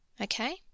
okay